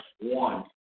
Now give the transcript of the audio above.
one